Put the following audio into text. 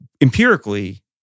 empirically